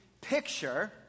picture